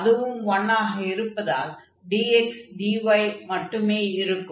அதுவும் 1 ஆக இருப்பதால் dx dy மட்டும் இருக்கும்